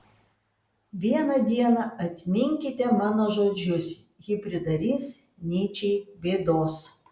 vieną dieną atminkite mano žodžius ji pridarys nyčei bėdos